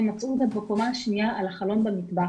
ומצאו אותה בקומה השנייה על החלון במטבח,